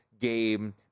game